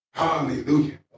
Hallelujah